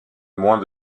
moins